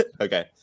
okay